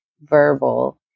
verbal